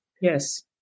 yes